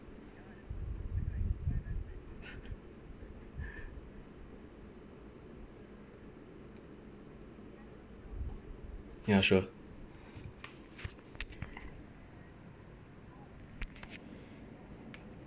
ya sure